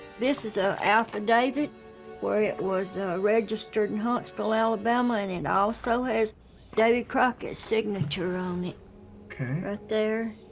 this is a affidavit where it was ah registered in huntsville alabama and it and also has davy crockett's signature on it okay right there